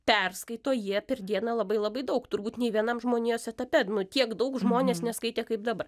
perskaito jie per dieną labai labai daug turbūt nė vienam žmonijos etape nu tiek daug žmonės neskaitė kaip dabar